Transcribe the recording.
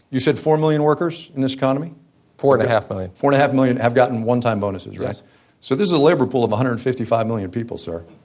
you said four million workers in this economy four and a half million four and a half million have gotten one-time bonuses yes so this is a labor pool of one hundred and fifty five million people, sir